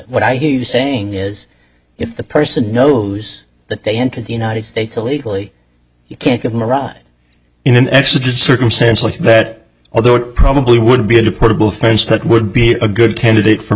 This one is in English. what i hear you saying is if the person knows that they enter the united states illegally you can't give them a ride in an accident circumstance like that although it probably would be deportable france that would be a good candidate for